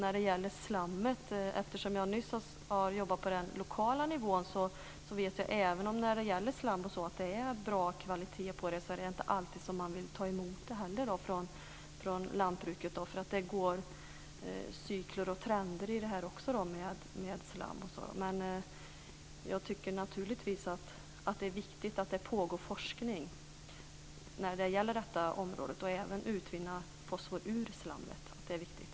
Jag har nyss jobbat på den lokala nivån. Därför vet jag att lantbruket, även om det är bra kvalitet på slammet, inte alltid vill ta emot det. Det är cykler och trender när det gäller det här med slam. Men jag tycker naturligtvis att det är viktigt att det pågår forskning när det gäller detta område. Jag tycker även att det är viktigt att utvinna fosfor ur slammet.